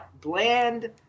bland